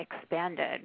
expanded